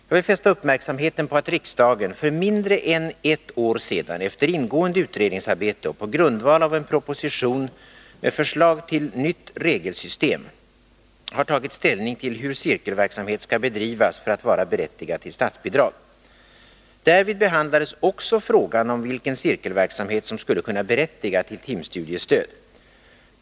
Jag vill fästa uppmärksamheten på att riksdagen för mindre än ett år sedan, efter ingående utredningsarbete och på grundval av en proposition med förslag till nytt regelsystem, har tagit ställning till hur cirkelverksamhet skall bedrivas för att vara berättigad till statsbidrag. Därvid behandlades också frågan om vilken cirkelverksamhet som skulle kunna berättiga till ett timstudiestöd.